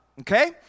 Okay